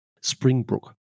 Springbrook